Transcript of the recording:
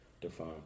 define